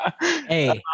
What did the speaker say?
Hey